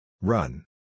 Run